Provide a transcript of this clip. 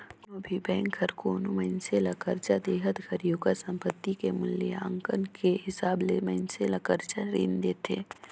कोनो भी बेंक हर कोनो मइनसे ल करजा देहत घरी ओकर संपति के मूल्यांकन के हिसाब ले मइनसे ल करजा रीन देथे